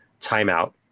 Timeout